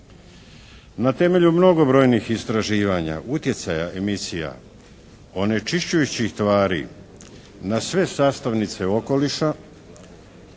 Na temelju mnogobrojnih istraživanja, utjecaja emisija onečišćujućih tvari na sve sastavnice okoliša